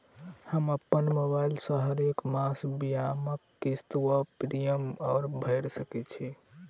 हम अप्पन मोबाइल सँ हरेक मास बीमाक किस्त वा प्रिमियम भैर सकैत छी?